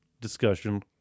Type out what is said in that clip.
discussion